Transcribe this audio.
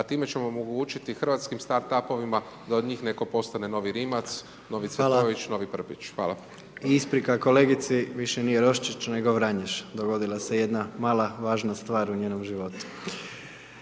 a time ćemo omogućiti hrvatskim start up-ovima da od njih netko postane novi Rimac, novi Cvetojević, novi Prpić. Hvala. **Jandroković, Gordan (HDZ)** Hvala. Isprika kolegici, više nije Roščić nego Vranješ. Dogodila se jedna mala važna stvar u njezinom životu.